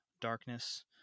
darkness